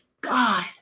God